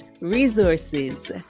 resources